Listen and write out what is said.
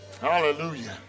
Hallelujah